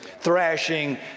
thrashing